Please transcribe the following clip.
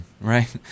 right